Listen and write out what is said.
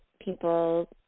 people